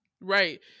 right